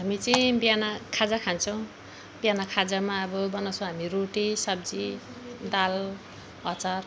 हामी चाहिँ बिहान खाजा खान्छौँ बिहान खाजामा अब बनाउँछौँ हामी रोटी सब्जी दाल अचार